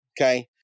okay